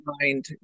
mind